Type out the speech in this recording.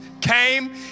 came